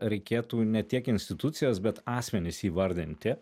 reikėtų ne tiek institucijos bet asmenis įvardinti